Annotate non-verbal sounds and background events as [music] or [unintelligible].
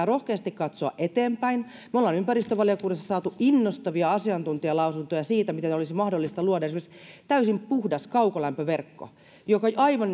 [unintelligible] rohkeasti katsoa eteenpäin me olemme ympäristövaliokunnassa saaneet innostavia asiantuntijalausuntoja siitä miten olisi mahdollista luoda esimerkiksi täysin puhdas kaukolämpöverkko aivan [unintelligible]